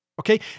Okay